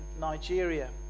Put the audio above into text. Nigeria